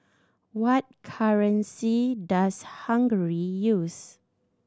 what currency does Hungary use